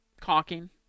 caulking